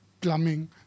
plumbing